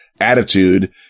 attitude